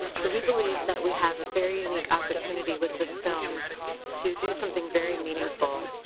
so we believe that we have a very unique opportunity with this film to do something very meaningful.